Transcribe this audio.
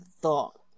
thought